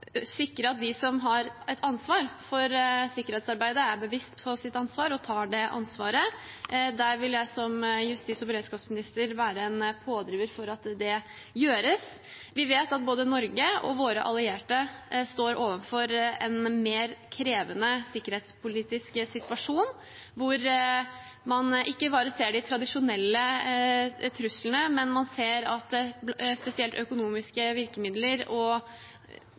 sikre at de som har et ansvar for sikkerhetsarbeidet, er seg sitt ansvar bevisst og tar det. Der vil jeg som justis- og beredskapsminister være en pådriver for at det gjøres. Vi vet at både Norge og våre allierte står overfor en mer krevende sikkerhetspolitisk situasjon, hvor man ikke bare ser de tradisjonelle truslene, men ser at spesielt økonomiske virkemidler og